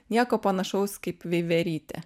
nieko panašaus kaip veiverytė